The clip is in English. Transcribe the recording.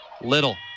Little